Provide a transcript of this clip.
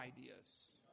ideas